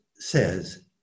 says